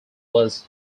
was